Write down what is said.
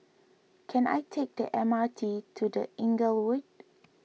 can I take the M R T to the Inglewood